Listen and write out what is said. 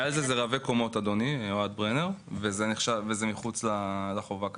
מעל זה זה רבי קומות, אדוני, וזה מחוץ לחובה כרגע.